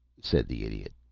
said the idiot.